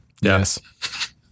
Yes